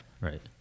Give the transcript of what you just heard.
Right